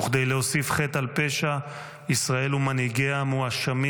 וכדי להוסיף חטא על פשע ישראל ומנהיגיה מואשמים